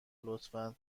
لطفا